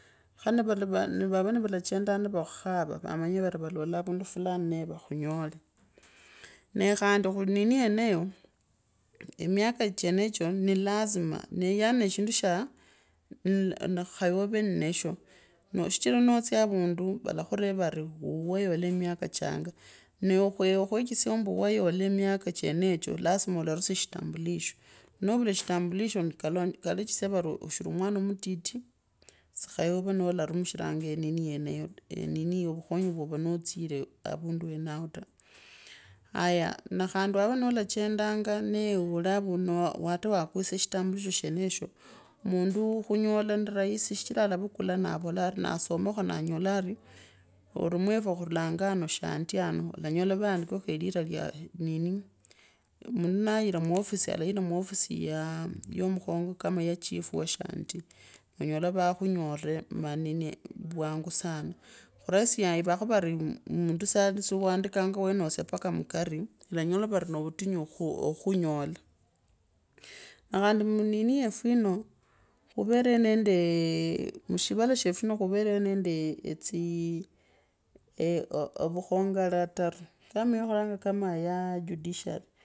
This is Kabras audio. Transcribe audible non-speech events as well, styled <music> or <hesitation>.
Khanivaniwa vava valachendanga nivakhukhava vaamanyire valola havandu fulani nee vakhunyola nee khandi khunini yeneyo emiaka chenecho ni lazima yaani ne shindu shaa khaye ove masho no no shichira notsya chenecho lasima ulorasia shitambulisho noo vulashitambulisho kalechesia vari ashiri mwana mutiti si khaye avee no larumishiranga nini yeneyo <hesitation> nini vukhonyi woova no tsire avandu wenao ta nee hata wava ulochendaga ne okwisye shitambulisho shenosho mundu khoyola ni rahisi shichira alavukala navola arinasomakhona nyola ari mwaefwe khululanga shonti ano otanyola vayandike liraa lya nini mundu nwira mwofisi laira yae mukhogo kama ya chifu wa shanti onyola vaa khunyoore maa nini fwangu sana, khurasye ivakhovari mundu swaendikanga wetosya. Paka mukari. olanyola vari noovutinyu khuu. okhunyola na khandi nanuyefu yino khuvere nendee <hesitation> mushivala shefu shino khuvere nendee <hesitation> ovukhongo. mara khataru amuya khuranga kama ya judiciary.